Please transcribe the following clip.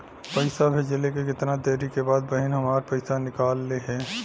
पैसा भेजले के कितना देरी के बाद बहिन हमार पैसा निकाल लिहे?